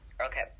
Okay